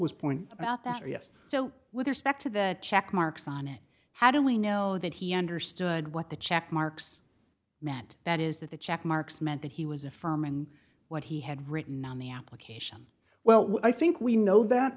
was point about that yes so with respect to that check marks on how do we know that he understood what the check marks meant that is that the check marks meant that he was affirming what he had written on the application well i think we know that